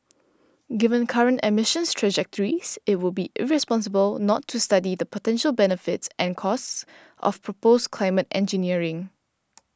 given current emissions trajectories it would be irresponsible not to study the potential benefits and costs of proposed climate engineering